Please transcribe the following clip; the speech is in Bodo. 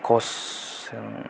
खस जों